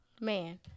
Man